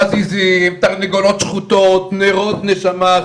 חזיזים, תרנגולות שחוטות, נרות נשמה.